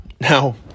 Now